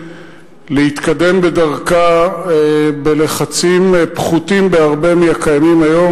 להתקדם בדרכה בלחצים פחותים בהרבה מהקיימים היום,